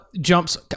jumps